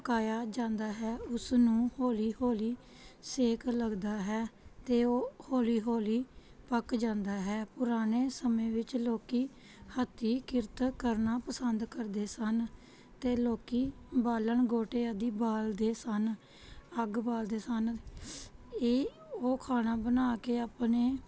ਪਕਾਇਆ ਜਾਂਦਾ ਹੈ ਉਸਨੂੰ ਹੌਲੀ ਹੌਲੀ ਸੇਕ ਲੱਗਦਾ ਹੈ ਅਤੇ ਉਹ ਹੌਲੀ ਹੌਲੀ ਪੱਕ ਜਾਂਦਾ ਹੈ ਪੁਰਾਣੇ ਸਮੇਂ ਵਿੱਚ ਲੋਕ ਹੱਥੀਂ ਕਿਰਤ ਕਰਨਾ ਪਸੰਦ ਕਰਦੇ ਸਨ ਅਤੇ ਲੋਕ ਬਾਲਣ ਗੋਟੇ ਆਦਿ ਬਾਲਦੇ ਸਨ ਅੱਗ ਬਾਲਦੇ ਸਨ ਇਹ ਉਹ ਖਾਣਾ ਬਣਾ ਕੇ ਆਪਣੇ